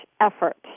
effort